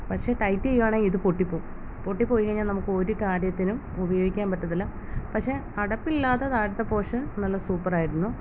പക്ഷേ ടൈറ്റ് ചെയ്യുവാണെങ്കിൽ ഇത് പൊട്ടി പോവും പൊട്ടി പോയിക്കഴിഞ്ഞാൽ നമുക്കൊരു കാര്യത്തിനും ഉപയോഗിക്കാൻ പറ്റത്തില്ല പക്ഷേ അടപ്പില്ലാതെ താഴത്തെ പോർഷൻ നല്ല സൂപ്പർ ആയിരുന്നു